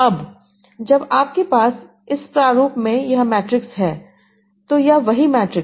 अब जब आपके पास इस प्रारूप में यह मैट्रिक्स है तो यह वही मैट्रिक्स है